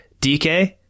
DK